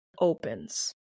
opens